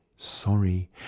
Sorry